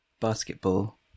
basketball